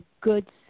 good